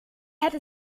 hätte